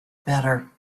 better